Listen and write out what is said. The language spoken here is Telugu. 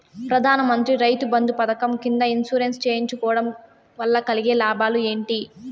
ప్రధాన మంత్రి రైతు బంధు పథకం కింద ఇన్సూరెన్సు చేయించుకోవడం కోవడం వల్ల కలిగే లాభాలు ఏంటి?